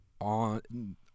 on